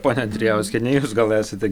ponia andrijauskiene jūs gal esate